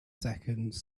seconds